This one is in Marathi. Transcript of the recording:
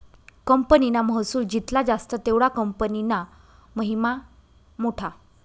कंपनीना महसुल जित्ला जास्त तेवढा कंपनीना महिमा मोठा